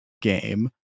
game